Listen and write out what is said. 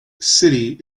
city